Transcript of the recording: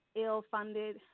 ill-funded